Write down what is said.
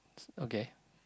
okay